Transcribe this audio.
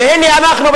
והנה אנחנו,